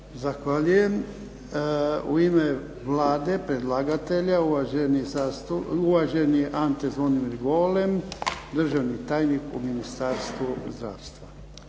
Zahvaljujem. U ime Vlade, predlagatelja, uvaženi Ante Zvonimir Golem, državni tajnik u Ministarstvu zdravstva.